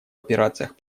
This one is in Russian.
операциях